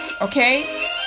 okay